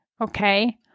Okay